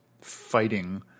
fighting